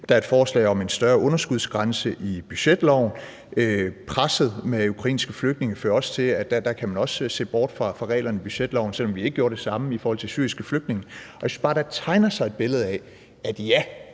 Der er et forslag om en større underskudsgrænse i budgetloven. Presset fra de ukrainske flygtninge fører også til, at man kan se bort fra reglerne i budgetloven, selv om vi ikke gjorde det samme i forhold til de syriske flygtninge. Jeg synes bare, der tegner sig et billede af, at ja,